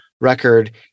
record